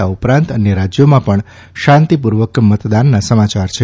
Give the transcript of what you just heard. આ ઉપરાંત અન્ય રાજ્યોમાં પણ શાંતિપૂર્વક મતદાનના સમાચાર છે